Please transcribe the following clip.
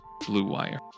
BLUEWIRE